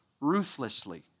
Ruthlessly